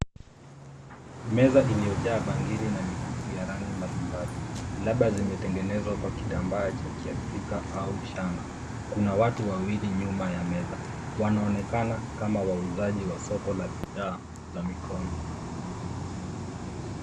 Meza iliyojaa bangili na mikufu ya rangi mbalimbali, labda zimetengenezwa kwa kitambaa cha kiafrika au shanga. Kuna watu wawili nyuma ya meza, wanaonekana kama wauzaji wa soko la bidhaa za mikono.